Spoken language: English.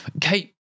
Kate